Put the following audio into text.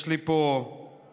יש לי פה ויקיפדיה.